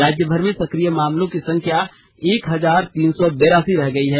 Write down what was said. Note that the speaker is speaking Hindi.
राज्यभर में सक्रिय मामलों की संख्या एक हजार तीन सौ बिरासी रह गई है